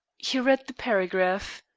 he read the paragraph,